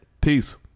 Peace